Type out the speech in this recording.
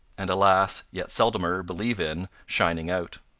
and, alas! yet seldomer believe in, shining out.